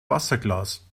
wasserglas